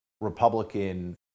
Republican